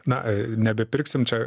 na nebepirksim čia